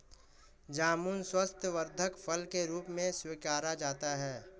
जामुन स्वास्थ्यवर्धक फल के रूप में स्वीकारा जाता है